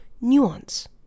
Nuance